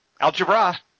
Algebra